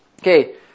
Okay